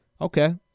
Okay